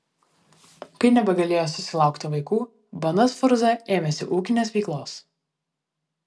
kai nebegalėjo susilaukti vaikų bona sforza ėmėsi ūkinės veiklos